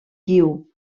guiu